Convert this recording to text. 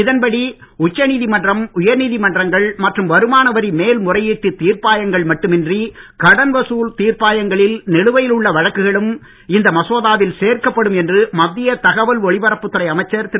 இதன்படி உச்சநீதிமன்றம் உயர்நீதிமன்றங்கள் மற்றும் வருமான வரி மேல் முறையீட்டு தீர்ப்பாயங்கள் மட்டுமின்றி கடன் வசூல் தீர்ப்பாயங்களில் நிலுவையில் உள்ள வழக்குகளும் இந்த மசோதாவில் சேர்க்கப்படும் என்று மத்திய தகவல் ஒலிபரப்புத் துறை அமைச்சர் திரு